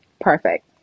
Perfect